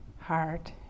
heart